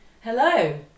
Hello